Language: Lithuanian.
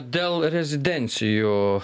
dėl rezidencijų